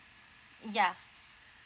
ya